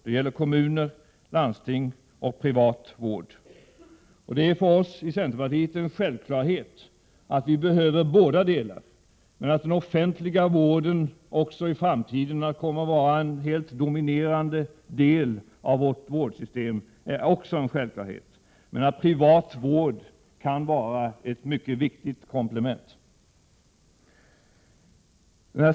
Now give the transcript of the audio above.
Det gäller kommuner, landsting och privat vård. För oss i centerpartiet är det en självklarhet att vi behöver båda delarna. Att den offentliga vården också i framtiden kommer att vara den helt dominerande delen är också en självklarhet, men den privata vården kan vara ett mycket viktigt komplement.